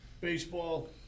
Baseball